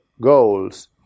goals